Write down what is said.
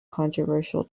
controversial